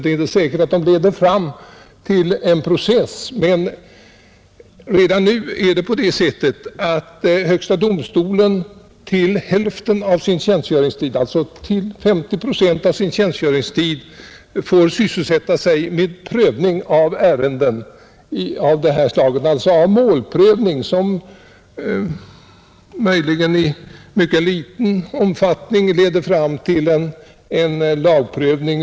Det är inte säkert att de leder fram till process, men redan nu är det på det sättet att högsta domstolen till 50 procent av tjänstgöringstiden får sysselsätta sig med prövning av ärenden av det här slaget, alltså en målprövning som möjligen i mycket liten omfattning leder fram till en ny domstolsprövning.